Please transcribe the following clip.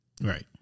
right